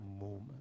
moment